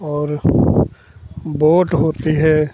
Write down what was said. और बोट होती है